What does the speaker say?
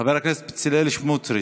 חבר הכנסת בצלאל סמוטריץ'.